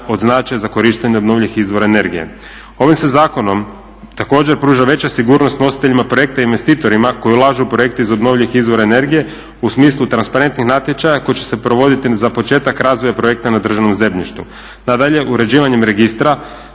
od značenja za korištenje obnovljivih izvora energije. Ovim se zakonom također pruža veća sigurnost nositeljima projekata i investitorima koji ulažu u projekte iz obnovljivih izvora energije u smislu transparentnih natječaja koji će se provoditi za početak razvoja projekta na državnom zemljištu. Nadalje, uređivanjem registra